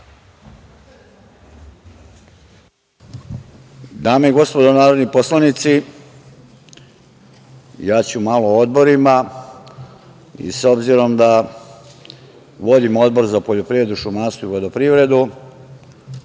Dame i gospodo narodni poslanici, ja ću malo o odborima i s obzirom da vodim Odbor za privredu, šumarstvo i vodoprivredu